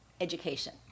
education